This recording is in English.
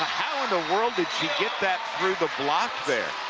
how in the world did she get that through the block there?